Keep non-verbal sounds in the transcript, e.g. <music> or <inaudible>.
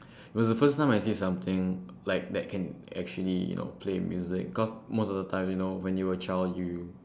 <breath> was the first time I see something like that can actually you know play music cause most of the time you know when you're a child you